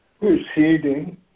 proceeding